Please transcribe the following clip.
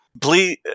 Please